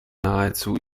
nahezu